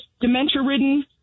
dementia-ridden